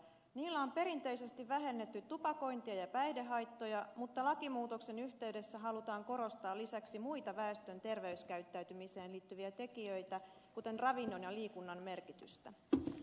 niillä on perinteisesti vähennetty tupakointia ja päihdehaittoja mutta lakimuutoksen yhteydessä halutaan korostaa lisäksi muita väestön terveyskäyttäytymiseen liittyviä tekijöitä kuten ravinnon ja liikunnan merkitystä